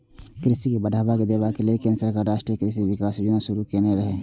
कृषि के बढ़ावा देबा लेल केंद्र सरकार राष्ट्रीय कृषि विकास योजना शुरू केने रहै